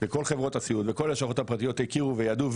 וכל חברות הסיעוד וכל הלשכות הפרטיות הכירו וידעו,